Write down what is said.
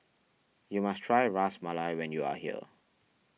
you must try Ras Malai when you are here